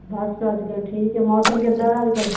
ਬਸ ਅੱਜ ਕੱਲ੍ਹ ਠੀਕ ਹੈ ਮੌਸਮ ਕਿੱਦਾਂ ਦਾ ਅੱਜ ਕੱਲ੍ਹ